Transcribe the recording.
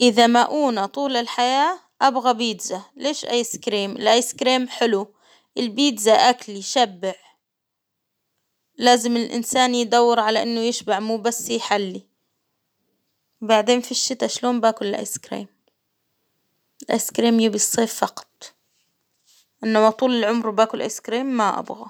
إذا مؤونة طول الحياة أبغى بيتزا، ليش أيس كريم؟ الأيس كريم حلو، البيتزا أكل يشبع، لازم الإنسان يدورعلى إنه يشبع مو بس يحلي، بعدين في الشتا شلون باكل الأيس كريم؟ الأيس كريم يبي بالصيف فقط.، إنما طول العمر باكل الأيس كريم ما أبغى.